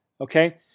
okay